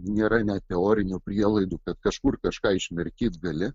nėra net teorinių prielaidų kad kažkur kažką išmirkyt gali